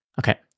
okay